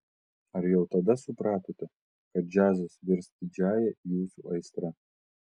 ar jau tada supratote kad džiazas virs didžiąja jūsų aistra